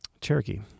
Cherokee